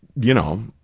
you know,